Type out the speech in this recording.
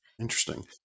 Interesting